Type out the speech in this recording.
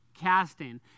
casting